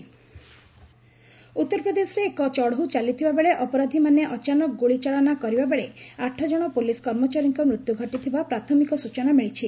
police ମୃତ ଉତ୍ତର ପ୍ରଦେଶରେ ଏକ ଚଢ଼ାଉ ଚାଲିଥିବା ବେଳେ ଅପରାଧିମାନେ ଅଚାନକ ଗୁଳି ଚାଳନା କରିବା ବେଳେ ଆଠ ଜଣ ପୋଲିସ୍ କର୍ମଚାରୀଙ୍କ ମୃତ୍ୟୁ ଘଟିଥିବା ପ୍ରାଥମିକ ସୂଚନା ମିଳିଛି